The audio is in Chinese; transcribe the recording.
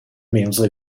名字